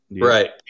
Right